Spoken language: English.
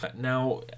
Now